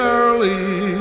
early